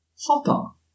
Hopper